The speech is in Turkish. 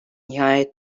nihayet